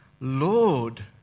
Lord